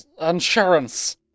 Insurance